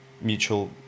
mutual